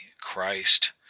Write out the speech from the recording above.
Christ